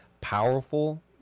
powerful